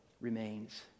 remains